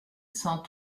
cent